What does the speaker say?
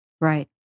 Right